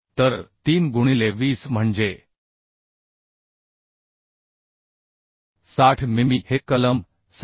तर 3 गुणिले 20 म्हणजे 60 मिमी हे कलम 7